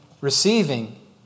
receiving